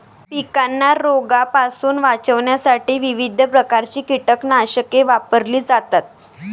पिकांना रोगांपासून वाचवण्यासाठी विविध प्रकारची कीटकनाशके वापरली जातात